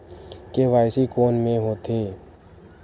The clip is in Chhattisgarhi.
के.वाई.सी कोन में होथे?